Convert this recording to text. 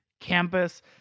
campus